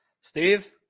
Steve